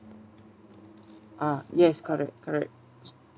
uh yes correct correct